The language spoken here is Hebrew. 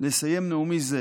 לסיים את נאומי זה